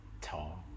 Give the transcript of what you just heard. Tall